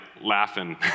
laughing